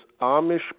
Amish